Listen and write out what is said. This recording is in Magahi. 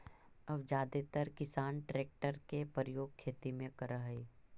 अब जादेतर किसान ट्रेक्टर के प्रयोग खेती में करऽ हई